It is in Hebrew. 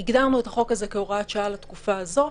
הגדרנו את החוק הזה כהוראת שעה לתקופה הזו,